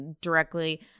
directly